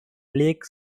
lake